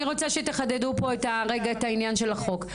אני רוצה שתחדדו פה את העניין של החוק.